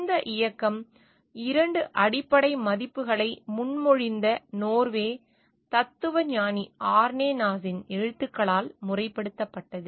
இந்த இயக்கம் 2 அடிப்படை மதிப்புகளை முன்மொழிந்த நோர்வே தத்துவஞானி ஆர்னே நாஸின் எழுத்துக்களால் முறைப்படுத்தப்பட்டது